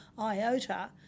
iota